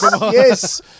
yes